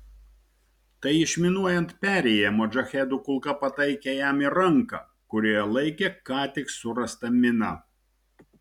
tai išminuojant perėją modžahedų kulka pataikė jam į ranką kurioje laikė ką tik surastą miną